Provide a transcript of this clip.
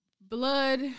blood